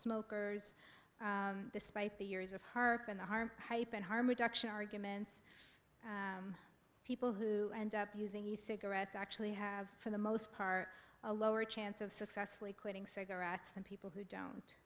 smokers despite the years of haarp and harm hype and harm reduction arguments people who end up using the cigarettes actually have for the most part a lower chance of successfully quitting cigarettes than people who don't